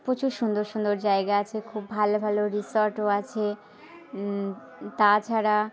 প্রচুর সুন্দর সুন্দর জায়গা আছে খুব ভালো ভালো রিসর্টও আছে তা ছাড়া